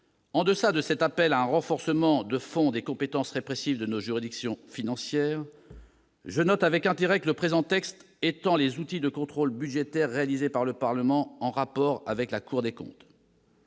En deçà de cet appel à un renforcement de fond des compétences répressives de nos juridictions financières, je note avec intérêt que le présent texte étend les outils du contrôle budgétaire réalisé par le Parlement en rapport avec la Cour des comptes.